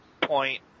point